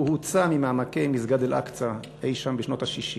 הוא הוצא ממעמקי מסגד אל-אקצא אי-שם בשנות ה-60